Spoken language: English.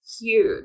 huge